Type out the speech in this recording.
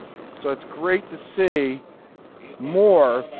so it's great to see moore,